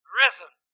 risen